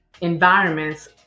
environments